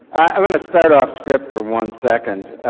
i'm going to start off script for one second,